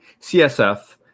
CSF